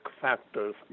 factors